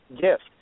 gift